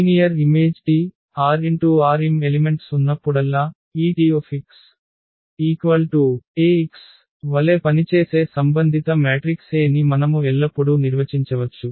linear image T RnRm elements ఉన్నప్పుడల్లా ఈ Tx Ax వలె పనిచేసే సంబంధిత మ్యాట్రిక్స్ A ని మనము ఎల్లప్పుడూ నిర్వచించవచ్చు